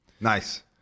Nice